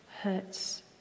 hurts